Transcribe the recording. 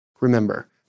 Remember